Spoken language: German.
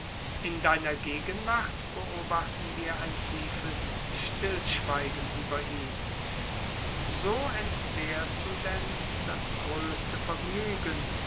in deiner gegenwart beobachten wir ein tiefes stillschweigen über ihn so entbehrst du denn das größte vergnügen